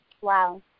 Wow